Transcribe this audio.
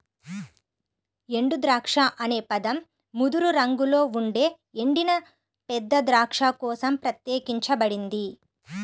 ఎండుద్రాక్ష అనే పదం ముదురు రంగులో ఉండే ఎండిన పెద్ద ద్రాక్ష కోసం ప్రత్యేకించబడింది